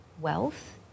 wealth